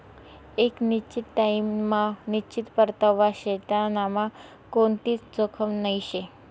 एक निश्चित टाइम मा निश्चित परतावा शे त्यांनामा कोणतीच जोखीम नही शे